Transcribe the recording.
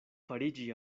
fariĝi